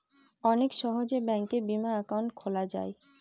অনেক সহজে ব্যাঙ্কে বিমা একাউন্ট খোলা যায়